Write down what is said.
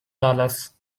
dollars